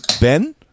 Ben